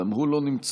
גם הוא לא נמצא.